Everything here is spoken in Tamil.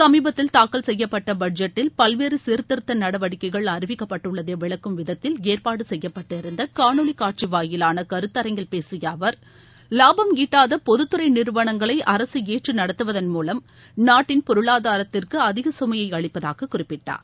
சமீபத்தில் தாக்கல் செய்யப்பட்ட பட்ஜெட்டில் பல்வேறு சீர்த்திருத்த நடவடிக்கைகள் அறிவிக்கப்பட்டுள்ளதை விளக்கும் விதத்தில் ஏற்பாடு செய்யப்பட்டிருந்த காணொலி காட்சி வாயிலான கருத்தரங்கில் பேசிய அவர் லாபம் ஈட்டாத பொதுத்துறை நிறுவனங்களை அரசு ஏற்று நடத்துவதள் மூலம் நாட்டின் பொருளாதாரத்திற்கு அதிக சுமையை அளிப்பதாக குறிப்பிட்டார்